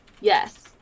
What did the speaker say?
Yes